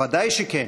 ודאי שכן: